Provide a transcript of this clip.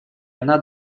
одна